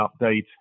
update